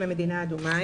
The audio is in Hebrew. ממדינה אדומה,